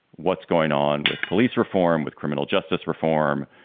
what's going on with police reform, with criminal justice reform,